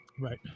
Right